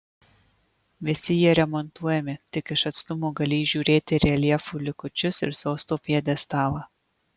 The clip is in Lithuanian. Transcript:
visi jie remontuojami tik iš atstumo gali įžiūrėti reljefų likučius ir sosto pjedestalą